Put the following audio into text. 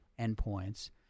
endpoints